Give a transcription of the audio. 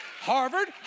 Harvard